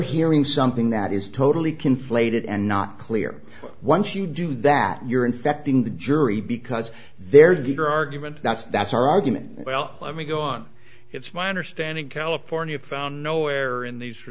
hearing something that is totally conflated and not clear once you do that you're infecting the jury because they're deeper argument that's that's our argument well let me go on it's my understanding california found nowhere in these for